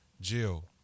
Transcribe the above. Jill